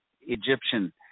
Egyptian